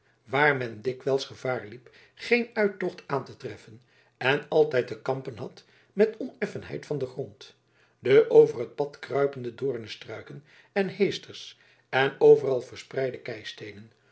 waar men dikwijls gevaar liep geen uittocht aan te treffen en altijd te kampen had met de oneffenheid van den grond de over het pad kruipende doornestruiken en heesters en overal verspreide